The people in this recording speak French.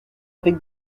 avec